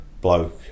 bloke